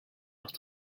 leurs